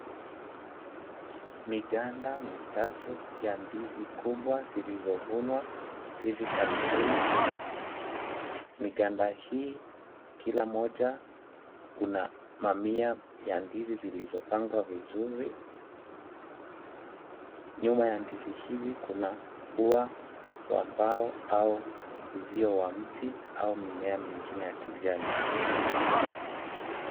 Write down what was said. Miganda mitatu ya ndizi kubwa zilizovunwa hivi karibuni, miganda hii kila mmoja kuna mamia ya ndizi zilizopangwa vizuri, nyuma ya ndizi hizi kuna ua wa mbao au uzio wa mti au mimea mingine ya kijani.